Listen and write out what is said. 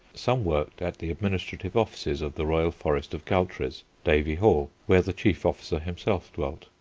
some worked at the administrative offices of the royal forest of galtres, davy hall, where the chief officer himself dwelt.